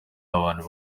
abantu